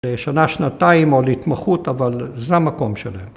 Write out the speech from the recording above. לשנה שנתיים או להתמחות אבל זה המקום שלהם.